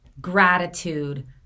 gratitude